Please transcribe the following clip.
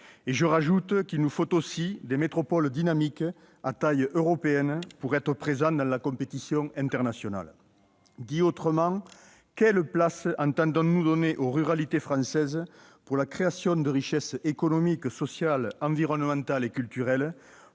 Étant entendu qu'il nous faut aussi des métropoles dynamiques à taille européenne pour être présents dans la compétition internationale. Quelle place entendons-nous donner aux ruralités françaises pour la création de richesses économiques, sociales, environnementales et culturelles